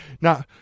Now